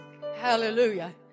Hallelujah